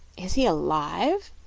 is he alive?